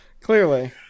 Clearly